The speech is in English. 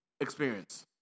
experience